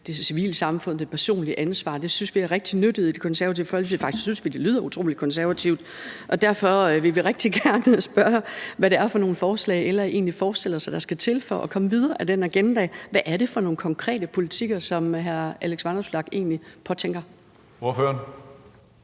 civilsamfundet og det personlige ansvar. Det synes vi i Det Konservative Folkeparti er rigtig nyttigt. Faktisk synes vi, det lyder utrolig konservativt, og derfor vil vi rigtig gerne spørge, hvad det er for nogle forslag LA egentlig forestiller sig der skal til for at komme videre ad den agenda. Hvad er det for nogle konkrete politikker, som hr. Alex Vanopslagh egentlig påtænker? Kl.